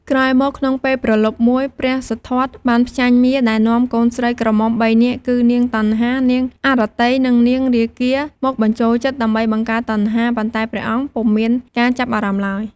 ក្រោយមកក្នុងពេលព្រលប់មួយ ព្រះសិទ្ធត្ថបានផ្ចាញ់មារដែលនាំកូនស្រីក្រមុំ ៣ នាក់ គឺ នាងតណ្ហា នាងអរតី និងនាងរាគា មកបញ្ចូលចិត្តដើម្បីបង្កើតតណ្ហា ប៉ុន្តែព្រះអង្គពុំមានការចាប់អារម្មណ៍ឡើយ។